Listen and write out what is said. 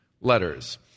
letters